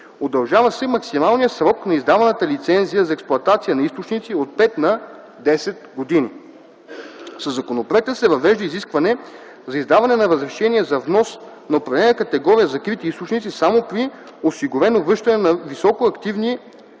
удължава се максималният срок на издаваната лицензия за експлоатация на източници от 5 на 10 години. Със законопроекта се въвежда изискване за издаване на разрешение за внос на определена категория закрити източници само при осигурено връщане на високоактивни радиоактивни